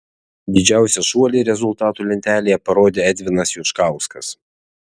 didžiausią šuolį rezultatų lentelėje parodė edvinas juškauskas